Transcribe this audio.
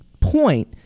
point